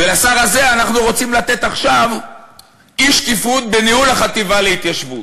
ולשר הזה אנחנו רוצים לתת עכשיו אי-שקיפות בניהול החטיבה להתיישבות.